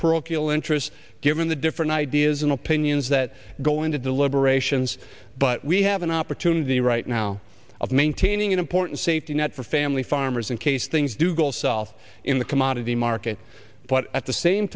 parochial interests given the different ideas and opinions that go into deliberations but we have an opportunity right now of maintaining an important safety net for family farmers and case things dougal self in the commodity market but at the same